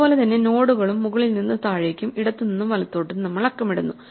അതുപോലെ തന്നെ നോഡുകളും മുകളിൽ നിന്ന് താഴേക്കും ഇടത്തുനിന്ന് വലത്തോട്ടും നമ്മൾ അക്കമിടുന്നു